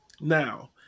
Now